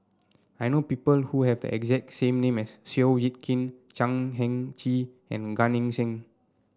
I know people who have the exact same name as Seow Yit Kin Chan Heng Chee and Gan Eng Seng